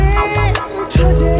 Today